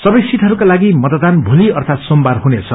सबै सिटहरूको लागि मतदान भोलि अर्थात सामेमबार हुनेछ